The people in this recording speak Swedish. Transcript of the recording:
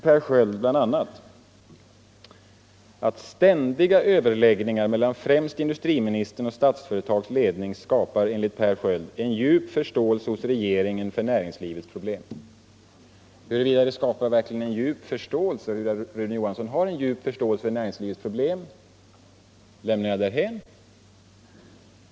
Där står bl.a.: ”Ständiga överläggningar mellan främst industriministern och Statsföretags ledning skapar, enligt Per Sköld, en djup förståelse hos regeringen för näringslivets problem.” Huruvida Rune Johansson verkligen har en djup förståelse för näringslivets problem lämnar jag därhän.